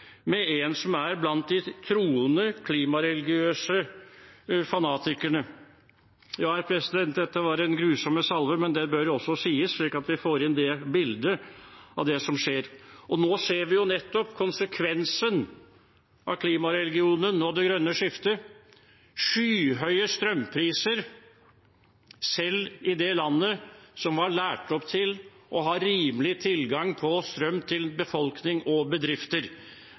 med en som er blant de troende klimareligiøse fanatikerne. Dette var en grusom salve, men det bør også sies, slik at vi får inn det bildet av det som skjer. Nå ser vi nettopp konsekvensen av klimareligionen og det grønne skiftet: skyhøye strømpriser, selv i det landet som var lært opp til å ha rimelig tilgang på strøm til befolkning og bedrifter.